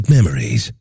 Memories